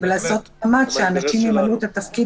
ולעשות מאמץ שהאנשים ימלאו את התפקיד